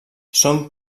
són